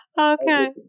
okay